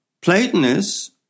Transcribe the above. platonists